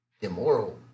immoral